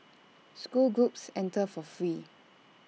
school groups enter for free